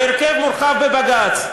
בהרכב מורחב בבג"ץ,